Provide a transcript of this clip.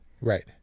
Right